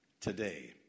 today